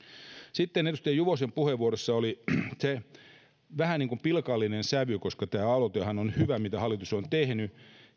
sitten edustaja juvosen puheenvuorossa oli vähän niin kuin pilkallinen sävy vaikka tämä aloitehan on hyvä mitä hallitus on tehnyt